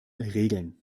regeln